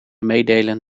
meedelen